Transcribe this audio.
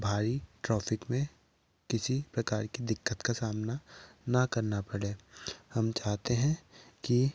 भारी ट्रॉफिक में किसी प्रकार कि दिक्कत का सामना ना करना पड़े हम चाहते हैं कि